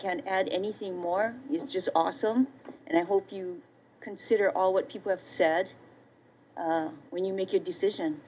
can add anything more just awesome and i hope you consider all what people have said when you make a decision